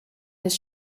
his